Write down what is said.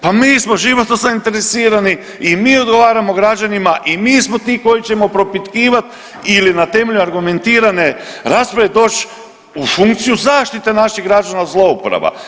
Pa mi smo životno zainteresirani i mi odgovaramo građanima i mi smo ti koji ćemo propitkivati ili na temelju argumentirane rasprave doći u funkciju zaštite naših građana od zlouporaba.